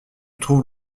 trouves